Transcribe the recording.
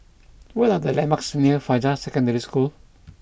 what are the landmarks near Fajar Secondary School